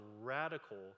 radical